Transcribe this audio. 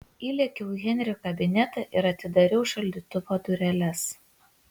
įlėkiau į henrio kabinetą ir atidariau šaldytuvo dureles